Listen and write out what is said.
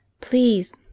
Please